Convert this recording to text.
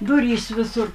durys visur